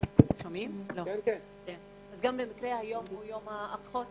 היום הוא יום האחות